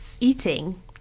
eating